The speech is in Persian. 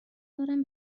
دارم